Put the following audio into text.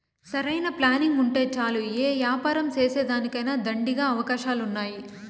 సరైన ప్లానింగుంటే చాలు యే యాపారం సేసేదానికైనా దండిగా అవకాశాలున్నాయి